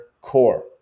core